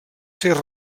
ser